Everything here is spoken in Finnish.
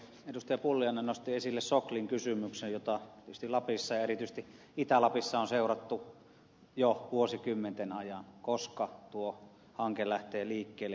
pulliainen nosti esille soklin kysymyksen jota tietysti lapissa ja erityisesti itä lapissa on seurattu jo vuosikymmenten ajan koska tuo hanke lähtee liikkeelle